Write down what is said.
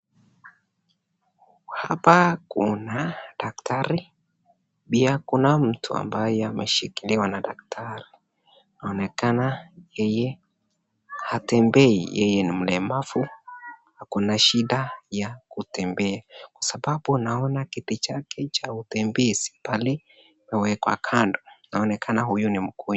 Hapa kuna daktari, pia kuna mtu ambaye ameshikiliwa na daktari, anaonekana yeye hatembei yeye ni mlemavu ako na shida ya kutembea, kwa sababu naona kiti chake cha utembezi pale nawekwa kando inaonekana huyu ni ..